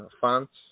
fonts